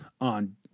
on